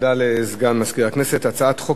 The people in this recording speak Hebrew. הודעה לסגן מזכירת הכנסת.